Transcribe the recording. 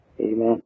Amen